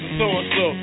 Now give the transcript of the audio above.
so-and-so